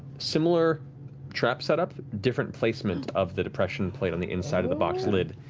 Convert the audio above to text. similar trap setup, different placement of the depression plate on the inside of the box lid.